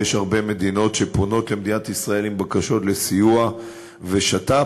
ויש הרבה מדינות שפונות למדינת ישראל בבקשות לסיוע ושת"פ.